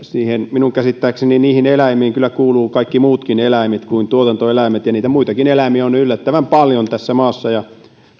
minun käsittääkseni niihin eläimiin kyllä kuuluvat kaikki muutkin eläimet kuin tuotantoeläimet ja niitä muitakin eläimiä on yllättävän paljon tässä maassa